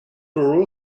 borrow